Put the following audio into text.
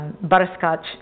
butterscotch